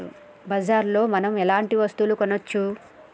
బజార్ లో మనం ఎలాంటి వస్తువులు కొనచ్చు?